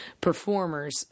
performers